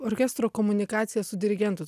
orkestro komunikacija su dirigentu